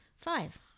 Five